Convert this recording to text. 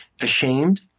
ashamed